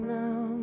now